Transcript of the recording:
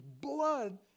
blood